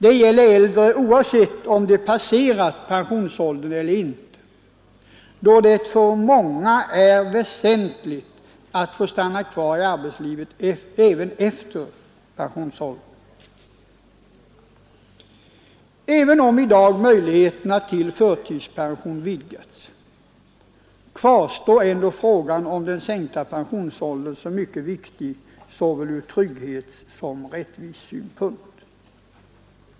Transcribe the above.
Det gäller alla äldre oavsett om de har passerat pensionsåldern eller inte, då det för många är väsentligt att få stanna kvar i arbetslivet också efter pensionsåldern. Även om i dag möjligheterna till förtidspension vidgats kvarstår ändå frågan om den sänkta pensionsåldern som mycket viktig ur såväl trygghetssom rättvisesynpunkt.